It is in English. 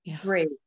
Great